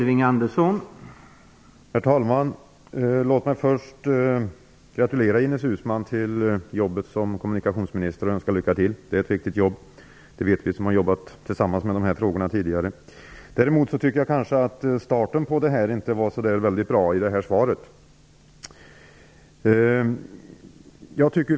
Herr talman! Låt mig först gratulera Ines Uusmann till jobbet som kommunikationsminister och önska henne lycka till. Det är ett viktigt jobb. Det vet vi som tidigare har jobbat tillsammans med dessa frågor. Däremot tycker jag inte att starten på det nya jobbet var så väldigt bra, åtminstone om man ser till det här svaret.